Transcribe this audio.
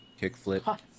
kickflip